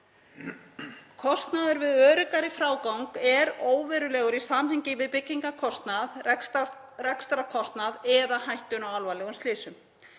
Kostnaður við öruggari frágang er óverulegur í samhengi við byggingarkostnað, rekstrarkostnað eða hættuna á alvarlegum slysum.